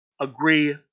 agree